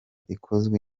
ikozwe